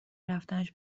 رفتنش